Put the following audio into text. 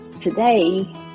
today